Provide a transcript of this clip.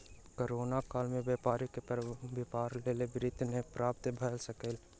corona काल में व्यापारी के व्यापारक लेल वित्त नै प्राप्त भ सकल